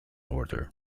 order